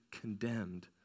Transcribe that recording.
condemned